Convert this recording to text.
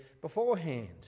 beforehand